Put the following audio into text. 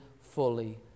fully